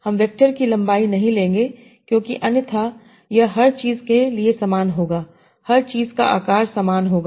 हम वेक्टर की लंबाई नहीं लेंगे क्योंकि अन्यथा यह हर चीज के लिए समान होगा हर चीज का आकार समान होगा